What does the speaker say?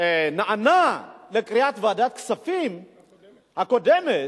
נענה לקריאת ועדת הכספים הקודמת,